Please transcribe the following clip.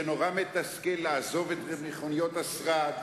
זה נורא מתסכל לעזוב את מכוניות השרד.